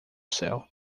céu